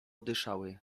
dyszały